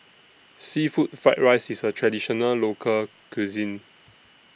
Seafood Fried Rice IS A Traditional Local Cuisine